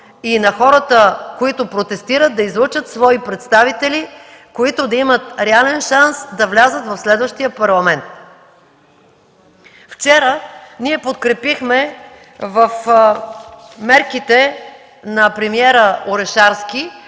и на хората, които протестират, да излъчат свои представители, които да имат реален шанс да влязат в следващия Парламент. Вчера ние подкрепихме мерките на премиера Орешарски